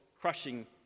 crushing